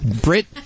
Brit